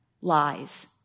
lies